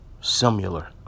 similar